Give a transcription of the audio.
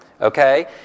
Okay